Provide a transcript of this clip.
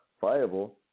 viable